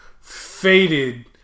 faded